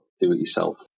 do-it-yourself